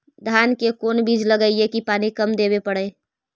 धान के कोन बिज लगईऐ कि पानी कम देवे पड़े?